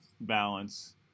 balance